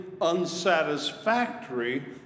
unsatisfactory